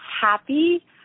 happy